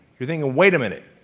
you're thinking, wait a minute,